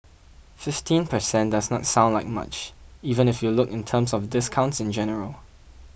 fifteen percent does not sound like much even if you look in terms of discounts in general